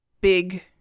big